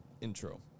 intro